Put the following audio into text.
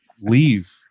leave